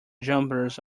jumpers